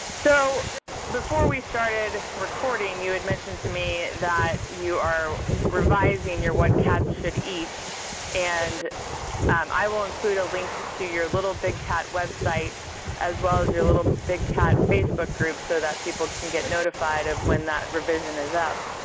so before we started recording you had mentioned to me that you are revising your what cats should eat and i will include a link to to your little big cat website as well as your little big cat facebook group so that people can get notified of when that revision is up,